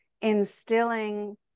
instilling